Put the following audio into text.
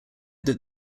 that